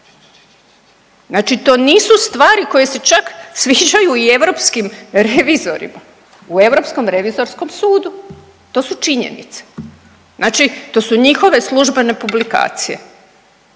Znači to nisu stvari koje se čak sviđaju i europskim revizorima u Europskom revizorskom sudu. To su činjenice. Znači to su njihove službene publikacije.